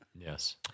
Yes